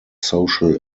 social